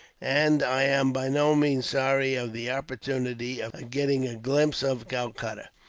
and i am by no means sorry of the opportunity of getting a glimpse of calcutta,